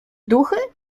duchy